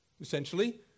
essentially